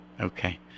Okay